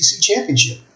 championship